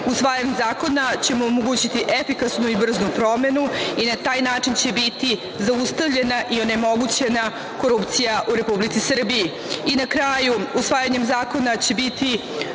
imovina. Usvajanjem zakona ćemo omogućiti efikasnu i brzu promenu i na taj način će biti zaustavljena i onemogućena korupcija u Republici Srbiji. Na kraju, usvajanjem zakona će biti